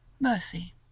mercy